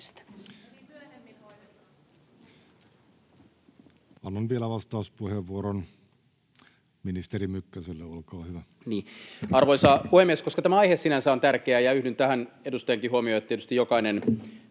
Arvoisa puhemies! Koska tämä aihe sinänsä on tärkeä, ja yhdyn tähän edustajankin huomioon, että tietysti jokainen